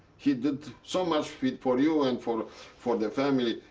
he did so much for for you and for for the family.